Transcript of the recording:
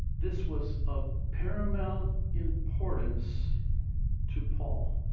this was of paramount importance to paul.